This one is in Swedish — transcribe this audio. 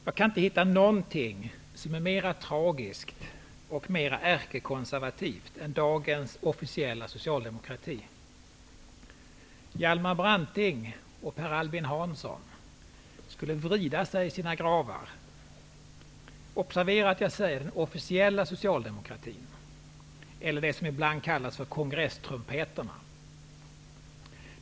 Jag kan inte hitta något som är mera tragiskt och ärkekonservativt än dagens officiella socialdemokrati, som kunde få Hjalmar Branting och Per Albin Hansson att vrida sig i sina gravar. Observera att jag säger den officiella socialdemokratin, den som ibland kallas kongresstrumpeterna.